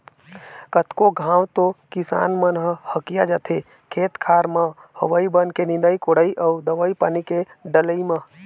कतको घांव तो किसान मन ह हकिया जाथे खेत खार म होवई बन के निंदई कोड़ई अउ दवई पानी के डलई म